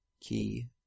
key